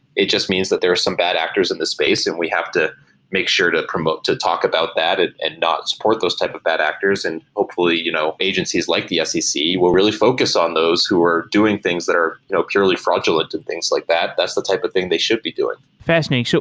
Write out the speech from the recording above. it just means that there is some bad actors in the space and we have to make sure to promote to talk about that and not support those type of bad actors and hopefully you know agencies like the scc will really focus on those who were doing things that are you know purely fraudulent and things like that. that's the type of thing they should be doing fascinating.